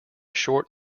short